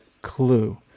clue